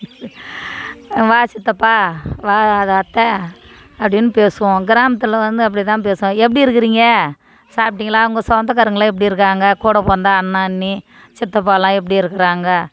வா சித்தப்பா வா அது அத்தை அப்படின்னு பேசுவோம் கிராமத்தில் வந்து அப்படிதான் பேசுவோம் எப்படி இருக்குறீங்க சாப்பிடிங்களா உங்கள் சொந்தகாரங்களாம் எப்படி இருக்காங்க கூட பிறந்த அண்ணா அண்ணி சித்தப்பா எல்லாம் எப்படி இருக்கிறாங்க